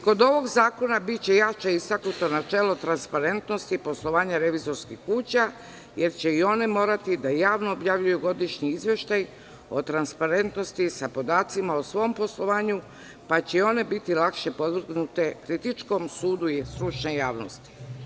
Kod ovog zakona biće jače istaknuto načelo transparentnosti poslovanja revizorskih kuća, jer će i one morati da javno objavljuju godišnji izveštaj o transparentnosti, sa podacima o svom poslovanju, pa će i one biti podvrgnute kritičkom sudu stručne javnosti.